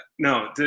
No